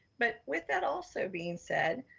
but with that also being said,